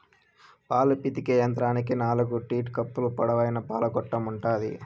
పాలు పితికే యంత్రానికి నాలుకు టీట్ కప్పులు, పొడవైన పాల గొట్టం ఉంటాది